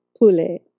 Pule